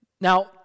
Now